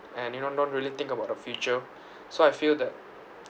and you know don't really think about the future so I feel that